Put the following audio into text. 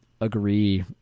agree